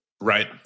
Right